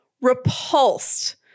repulsed